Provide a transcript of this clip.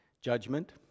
judgment